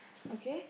okay